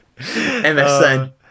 MSN